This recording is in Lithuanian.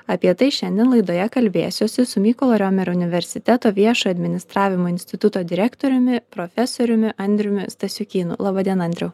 apie tai šiandien laidoje kalbėsiuosi su mykolo riomerio universiteto viešojo administravimo instituto direktoriumi profesoriumi andriumi stasiukynu laba diena andriau